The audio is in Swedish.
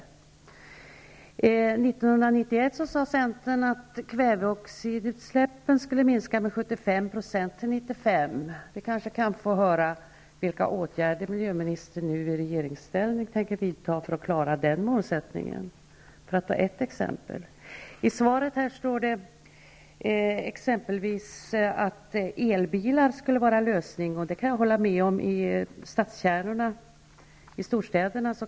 1991 sade Centern att kväveoxidutsläppen skulle minska med 75 % fram till 1995. Kanske kan vi få höra vilka åtgärder miljöministern i regeringsställning, för att ta ett exempel, tänker vidta för att klara nämnda målsättning. I svaret står det t.ex. att elbilar skulle vara en lösning. Det kan jag hålla med om när det gäller storstadskärnor.